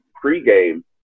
pre-game